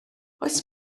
oes